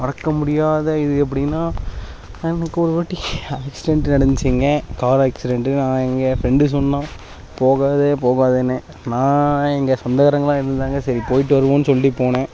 மறக்க முடியாத இது அப்படினா எனக்கு ஒரு வாட்டி ஆக்சிடென்ட் நடந்துச்சுங்க கார் ஆக்சிடென்ட்டு நான் இங்கே ஃப்ரெண்டு சொன்னான் போகாத போகாதனு நான் எங்கள் சொந்தக்காரங்களாம் இருந்தாங்கள் சரி போயிட்டு வருவோன்னு சொல்லிட்டு போனேன்